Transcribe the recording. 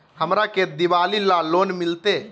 हमरा के दिवाली ला लोन मिलते?